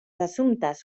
assumptes